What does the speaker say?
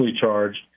charged